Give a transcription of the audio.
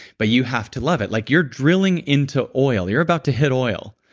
but you have to love it like you're drilling into oil. you're about to hit oil,